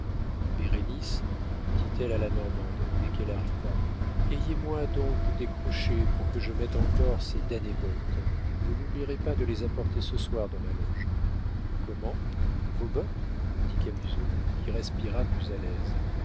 bérénice dit-elle à la normande dès qu'elle arriva ayez moi donc des crochets pour que je mette encore ces damnées bottes vous n'oublierez pas de les apporter ce soir dans ma loge comment vos bottes dit camusot qui respira plus à l'aise